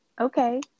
Okay